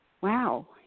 wow